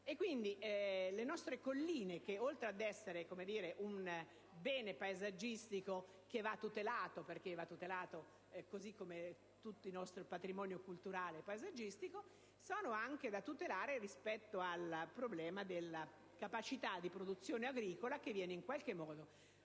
Le nostre colline, oltre a costituire un bene paesaggistico che va tutelato - come va difeso tutto il nostro patrimonio culturale e paesaggistico - sono anche da tutelare rispetto al problema della capacità di produzione agricola, che viene in qualche modo